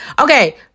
okay